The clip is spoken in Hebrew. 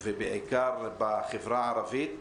בעיקר בחברה הערבית,